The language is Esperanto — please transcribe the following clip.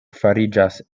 fariĝas